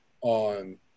on